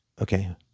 Okay